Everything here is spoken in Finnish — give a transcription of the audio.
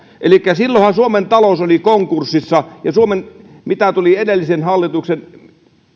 elikkä silloinhan suomen talous oli konkurssissa mitä tuli edellisen hallituksen